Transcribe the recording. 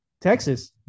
Texas